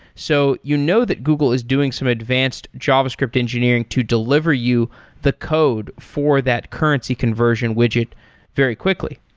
so you know that google is doing some advanced javascript engineering to deliver you the code for that currency conversion widget very quickly,